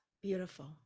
beautiful